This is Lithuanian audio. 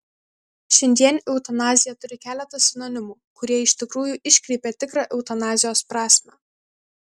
šiandien eutanazija turi keletą sinonimų kurie iš tikrųjų iškreipia tikrą eutanazijos prasmę